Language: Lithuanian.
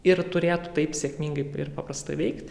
ir turėtų taip sėkmingai ir paprastai veikti